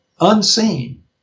unseen